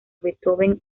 beethoven